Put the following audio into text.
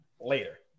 later